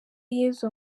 yesu